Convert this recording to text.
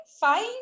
fine